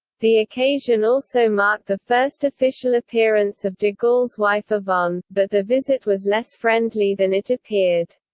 the occasion also marked the first official appearance of de gaulle's wife yvonne, but the visit was less friendly than it appeared.